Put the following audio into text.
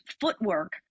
footwork